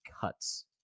cuts